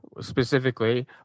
specifically